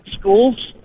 schools